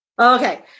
Okay